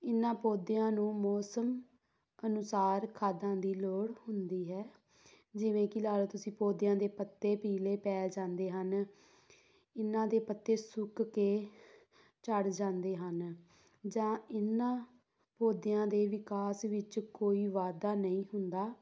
ਇਹਨਾਂ ਪੌਦਿਆਂ ਨੂੰ ਮੌਸਮ ਅਨੁਸਾਰ ਖਾਦਾਂ ਦੀ ਲੋੜ ਹੁੰਦੀ ਹੈ ਜਿਵੇਂ ਕਿ ਲਾ ਲਓ ਤੁਸੀਂ ਪੌਦਿਆਂ ਦੇ ਪੱਤੇ ਪੀਲੇ ਪੈ ਜਾਂਦੇ ਹਨ ਇਹਨਾਂ ਦੇ ਪੱਤੇ ਸੁੱਕ ਕੇ ਝੜ ਜਾਂਦੇ ਹਨ ਜਾਂ ਇਹਨਾਂ ਪੌਦਿਆਂ ਦੇ ਵਿਕਾਸ ਵਿੱਚ ਕੋਈ ਵਾਧਾ ਨਹੀਂ ਹੁੰਦਾ